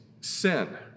sin